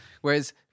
Whereas